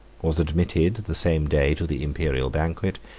was admitted the same day to the imperial banquet,